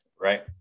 Right